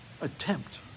Attempt